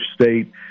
state